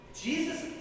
Jesus